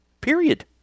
Period